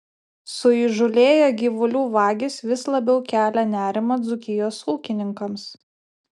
suįžūlėję gyvulių vagys vis labiau kelia nerimą dzūkijos ūkininkams